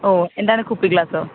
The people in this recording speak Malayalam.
ഓ എന്താണ് കുപ്പി ഗ്ലാസ്സോ